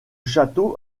château